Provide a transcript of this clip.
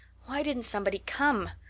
why didn't somebody come?